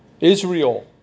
Israel